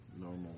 normal